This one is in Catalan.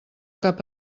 cap